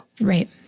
Right